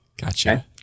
Gotcha